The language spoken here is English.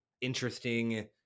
interesting